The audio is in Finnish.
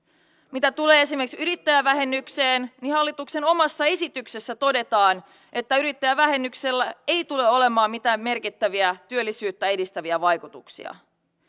mitä tulee esimerkiksi yrittäjävähennykseen niin hallituksen omassa esityksessä todetaan että yrittäjävähennyksellä ei tule olemaan mitään merkittäviä työllisyyttä edistäviä vaikutuksia